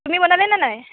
আপুনি বনালে নে নাই